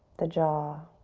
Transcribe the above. the jaw.